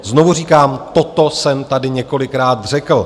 Znovu říkám, toto jsem tady několikrát řekl.